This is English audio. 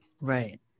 Right